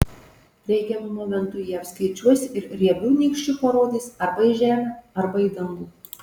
reikiamu momentu jie apskaičiuos ir riebiu nykščiu parodys arba į žemę arba į dangų